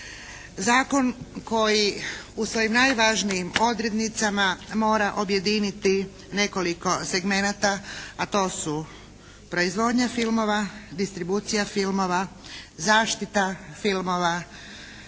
Zakon koji u svojim najvažnijim odrednicama mora objediniti nekoliko segmenata, a to su proizvodnja filmova, distribucija filmova, zaštita filmova